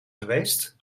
geweest